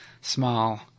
small